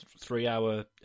three-hour